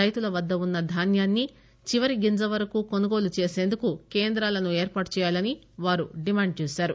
రైతుల వద్ద వున్న ధాన్యాన్ని చివరిగింజ వరకు కొనుగోలు చేసేందుకు కేంద్రాలను ఏర్పాటు చేయాలని వారు డిమాండ్ చేశారు